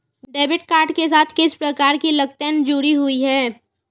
Debit card के साथ किस प्रकार की लागतें जुड़ी हुई हैं?